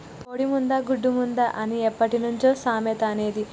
కోడి ముందా, గుడ్డు ముందా అని ఎప్పట్నుంచో సామెత అనేది